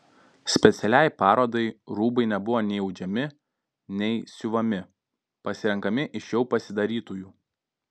specialiai parodai rūbai nebuvo nei audžiami nei siuvami pasirenkami iš jau pasidarytųjų